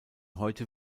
heute